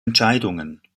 entscheidungen